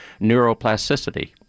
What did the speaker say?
Neuroplasticity